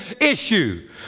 issue